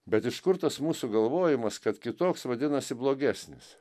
bet iš kur tas mūsų galvojimas kad kitoks vadinasi blogesnis